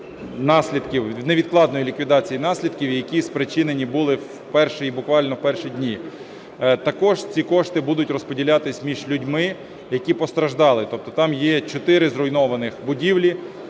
невідкладної ліквідації наслідків, які спричинені були в перші, буквально в перші дні. Також ці кошти будуть розподілятися між людьми, які постраждали. Тобто там є чотири зруйновані будівлі,